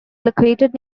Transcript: located